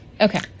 Okay